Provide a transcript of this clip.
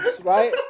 right